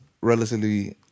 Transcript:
relatively